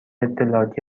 اطلاعاتی